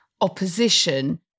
opposition